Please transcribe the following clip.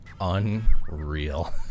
Unreal